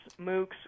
MOOCs